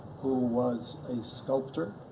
who was a sculptor,